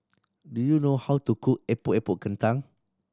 do you know how to cook Epok Epok Kentang